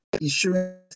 insurance